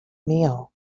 meal